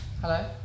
Hello